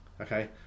okay